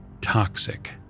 toxic